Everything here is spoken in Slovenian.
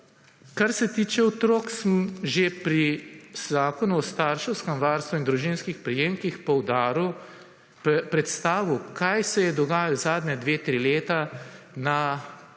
Kar se tiče otrok smo že pri Zakonu o starševskem varstvu in družinskih prejemkih predstavil kaj se je dogajalo zadnja dva, tri leta na